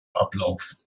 ablauf